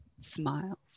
smiles